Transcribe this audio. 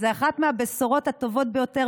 זו אחת מהבשורות הטובות ביותר,